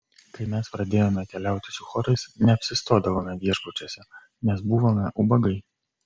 kai mes pradėjome keliauti su chorais neapsistodavome viešbučiuose nes buvome ubagai